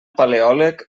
paleòleg